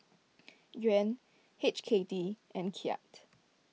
Yuan H K D and Kyat